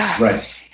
Right